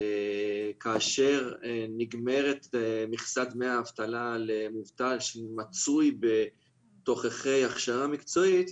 כאשר נגמרת מכסת דמי האבטלה למובטל שמצוי בתוך הכשרה מקצועית,